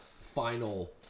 final